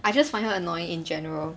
I just find her annoying in general